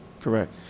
Correct